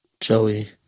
Joey